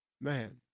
Man